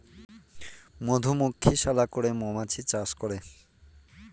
মধুমক্ষিশালা করে মৌমাছি চাষ করে